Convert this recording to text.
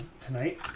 tonight